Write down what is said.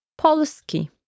polski